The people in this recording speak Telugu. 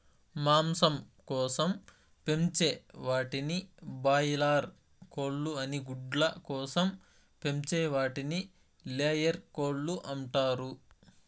మాంసం కోసం పెంచే వాటిని బాయిలార్ కోళ్ళు అని గుడ్ల కోసం పెంచే వాటిని లేయర్ కోళ్ళు అంటారు